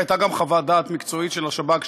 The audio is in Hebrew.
והייתה גם חוות דעת מקצועית של השב"כ,